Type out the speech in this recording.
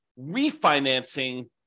refinancing